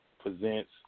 presents